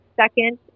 second